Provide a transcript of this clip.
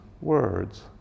words